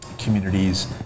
communities